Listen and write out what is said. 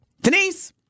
Denise